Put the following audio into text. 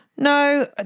No